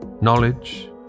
knowledge